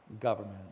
government